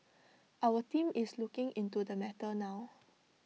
our team is looking into the matter now